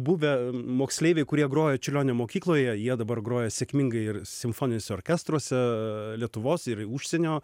buvę moksleiviai kurie grojo čiurlionio mokykloje jie dabar groja sėkmingai ir simfoniniuose orkestruose lietuvos ir užsienio